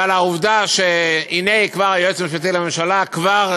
והעובדה שהנה כבר היועץ המשפטי לממשלה כבר